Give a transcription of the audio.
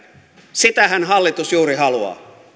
sitähän hallitus juuri haluaa